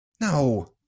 No